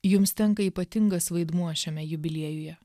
jums tenka ypatingas vaidmuo šiame jubiliejuje